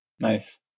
Nice